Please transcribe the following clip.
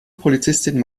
polizistin